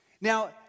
Now